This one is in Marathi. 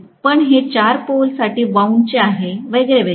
पण हे 4 पोल साठी वाऊंड चे आहे वगैरे वगैरे